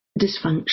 dysfunction